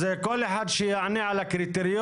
זה כל אחד שיענה על הקריטריון,